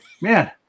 Man